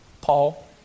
Paul